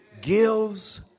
gives